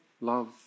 Love